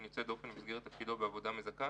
יוצא לעובד או דופן במסגרת תפקידו בעובדה מזכה,